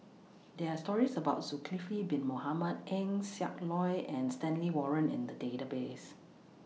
There Are stories about Zulkifli Bin Mohamed Eng Siak Loy and Stanley Warren in The Database